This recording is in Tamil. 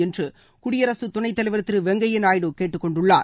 என்று குடியரசுத் துணைத்தலைவர் திரு வெங்கையா நாயுடு கேட்டுக்கொண்டுள்ளார்